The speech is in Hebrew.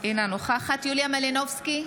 אינה נוכחת יוליה מלינובסקי,